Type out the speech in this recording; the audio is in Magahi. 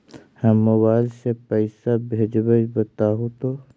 हम मोबाईल से पईसा भेजबई बताहु तो?